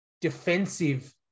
defensive